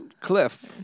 cliff